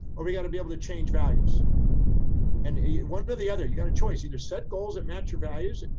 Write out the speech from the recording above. or we gotta be able to change values and one but or the other, you got a choice, either set goals that match your values.